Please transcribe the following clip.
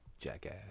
jackass